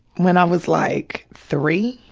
when i was like, three,